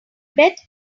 bet